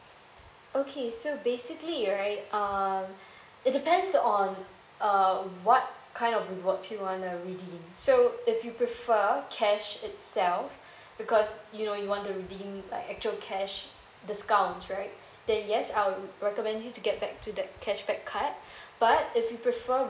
okay so basically right um it depends on uh what kind of rewards you wanna redeem so if you prefer cash itself because you know you want to redeem like actual cash discounts right then yes I'll recommend you to get back to the cashback card but if you prefer